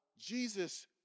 Jesus